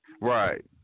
Right